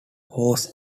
was